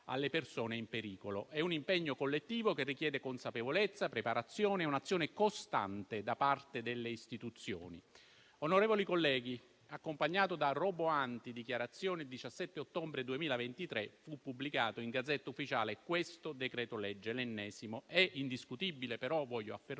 alle persone in pericolo. È un impegno collettivo che richiede consapevolezza, preparazione e un'azione costante da parte delle istituzioni. Onorevoli colleghi, accompagnato da roboanti dichiarazioni, il 17 ottobre 2023 fu pubblicato in *Gazzetta Ufficiale* questo decreto-legge, l'ennesimo. È indiscutibile però - voglio affermarlo